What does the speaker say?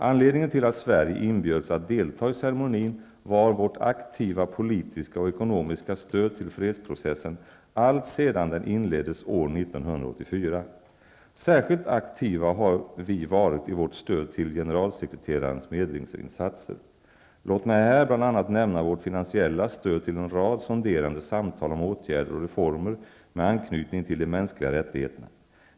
Anledningen till att Sverige inbjöds att delta i ceremonin var vårt aktiva politiska och ekonomiska stöd till fredsprocessen alltsedan den inleddes år 1984. Särskilt aktiva har vi varit i vårt stöd till generalsekreterarens medlingsinsatser. Låt mig här bl.a. nämna vårt finansiella stöd till en rad sonderande samtal om åtgärder och reformer med anknytning till de mänskliga rättigheterna.